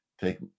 Take